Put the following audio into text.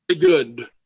good